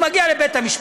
הוא מגיע לבית-המשפט,